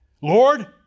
Lord